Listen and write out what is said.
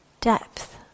depth